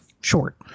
short